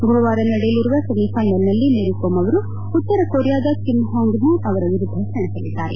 ಗುರುವಾರ ನಡೆಯಲಿರುವ ಸೆಮಿತೈನಲ್ನಲ್ಲಿ ಮೇರಿಕೋಂ ಅವರು ಉತ್ತರ ಕೊರಿಯಾದ ಕಿಮ್ ಹ್ಯಾಂಗ್ ಮಿ ಅವರ ವಿರುದ್ದ ಸೆಣಸಲಿದ್ದಾರೆ